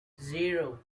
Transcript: zero